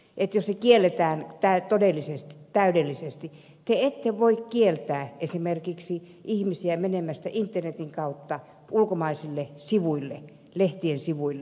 ei tosin kielletään todellisesti täydellisesti te ette voi kieltää esimerkiksi ihmisiä menemästä internetin kautta ulkomaisille sivuille lehtien sivuille